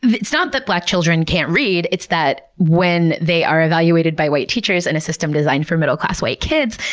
it's not that black children can't read, it's that when they are evaluated by white teachers in a system designed for middle-class, white kids,